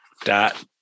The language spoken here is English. dot